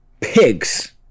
pigs